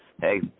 hey